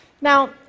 Now